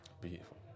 Beautiful